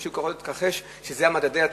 מי שקורא לא יכול להתכחש לכך שאלה מדדי התגמול.